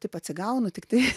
taip atsigaunu tiktai